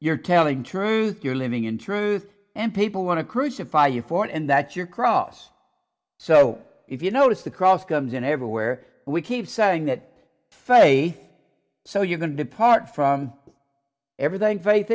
you're telling truth you're living in truth and people want to crucify you for it and that's your cross so if you notice the cross comes in everywhere we keep saying that faith so you're going to depart from everything faith